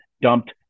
dumped